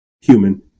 human